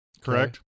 correct